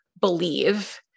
believe